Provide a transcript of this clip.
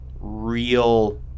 real